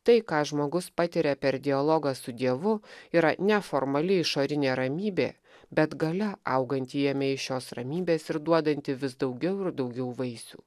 tai ką žmogus patiria per dialogą su dievu yra neformali išorinė ramybė bet galia auganti jame iš šios ramybės ir duodanti vis daugiau ir daugiau vaisių